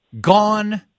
gone